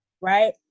right